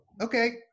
Okay